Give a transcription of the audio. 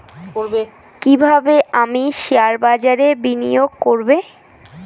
কিভাবে আমি শেয়ারবাজারে বিনিয়োগ করবে?